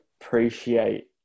appreciate